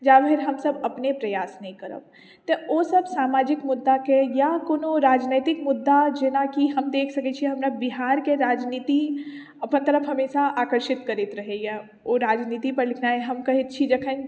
जा धरि हमसब अपने प्रयास नहि करब तऽ सामाजिक मुद्दा के या कोनो राजनैतिक मुद्दा जेनाकि हम देख सकै छी अपना बिहार के राजनीति अपन तरफ हमेशा आकर्षित करैत रहैया ओहि राजनीति पर लिखनाइ हम कहैत छी जखन